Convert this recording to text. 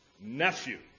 nephew